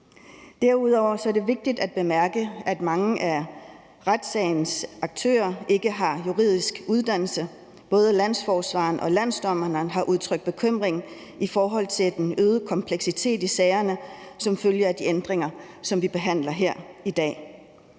Derudover er det vigtigt at bemærke, at mange af retssagens aktører ikke har en juridisk uddannelse. Både landsforsvareren og landsdommeren har udtrykt bekymring i forhold til den øgede kompleksitet i sagerne som følge af de ændringer, som vi behandler her i dag.